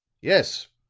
yes,